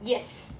yes